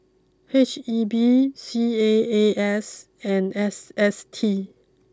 H E B C A A S and S S T